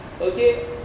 okay